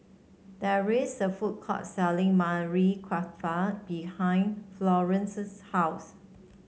there is a food court selling Kofta behind Florence's house